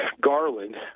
garland